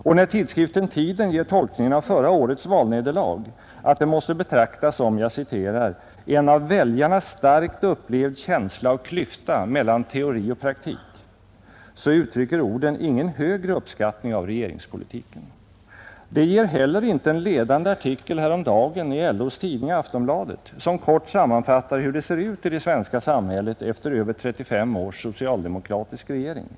När vidare tidskriften Tiden ger den tolkningen av förra årets valnederlag att det måste betraktas ”som en av väljarna starkt upplevd känsla av klyfta mellan teori och praktik”, visar den ingen högre uppskattning av regeringspolitiken. Det gör inte heller en ledande artikel häromdagen i LO:s tidning Aftonbladet, där man kort sammanfattar hur det ser ut i det svenska samhället efter över 35 års socialdemokratiskt regerande.